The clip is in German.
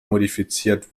modifiziert